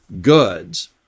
goods